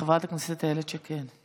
חברת הכנסת איילת שקד.